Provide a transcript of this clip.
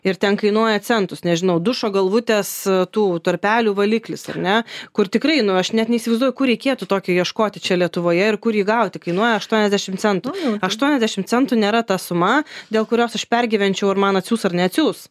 ir ten kainuoja centus nežinau dušo galvutės tų tarpelių valiklis ar ne kur tikrai aš net neįsivaizduoju kur reikėtų tokio ieškoti čia lietuvoje ir kurį gauti kainuoja aštuoniasdešimt centų aštuoniasdešimt centų nėra ta suma dėl kurios aš pergyvenčiau ar man atsiųs ar neatsiųs